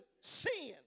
sin